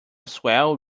swell